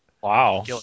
Wow